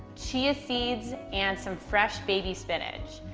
chia seeds, and some fresh baby spinach.